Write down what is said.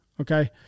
Okay